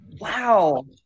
Wow